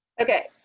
ok.